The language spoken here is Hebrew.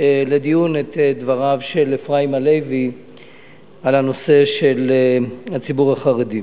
לדיון את דבריו של אפרים הלוי בנושא הציבור החרדי.